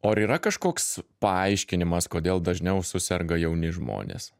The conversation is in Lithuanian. o ar yra kažkoks paaiškinimas kodėl dažniau suserga jauni žmonės